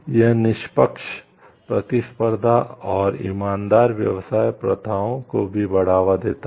यह निष्पक्ष प्रतिस्पर्धा और ईमानदार व्यवसाय प्रथाओं को भी बढ़ावा देता है